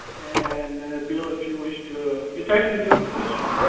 and bill if you wish to. it's actually your question, right?